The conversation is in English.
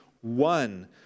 one